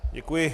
Děkuji.